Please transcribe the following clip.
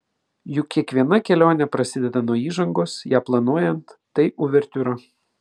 juk kiekviena kelionė prasideda nuo įžangos ją planuojant tai uvertiūra